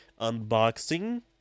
unboxing